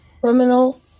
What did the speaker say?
criminal